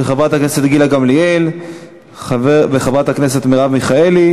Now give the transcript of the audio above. של חברת הכנסת גילה גמליאל וחברת הכנסת מרב מיכאלי,